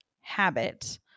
habit